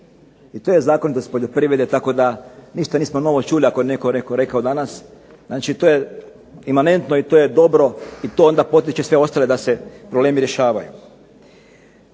I to je zakon o poljoprivredi i tako da nismo ništa novo čuli kako je netko rekao danas. Znači to je imanentno i to je dobro i to onda potiče sve ostale da se problemi rješavaju.